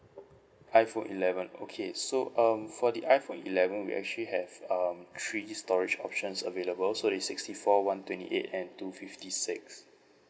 iPhone eleven okay so um for the iPhone eleven we actually have um three storage options available so the sixty four one twenty eight and two fifty six